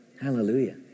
Hallelujah